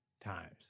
times